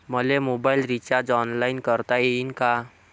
मले mobile recharge online करता येईन का?